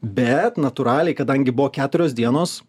bet natūraliai kadangi buvo keturios dienos